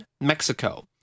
Mexico